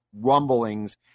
rumblings